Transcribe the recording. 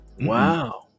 Wow